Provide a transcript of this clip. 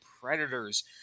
Predators